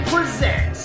Presents